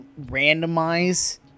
randomize